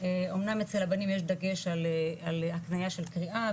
אמנם אצל הבנים יש דגש על הקנייה של קריאה,